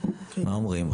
מה אומרים?